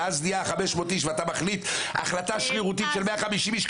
ואז נהיה 500 אנשים ואתה מחליט החלטה שרירותית על 150 אנשים,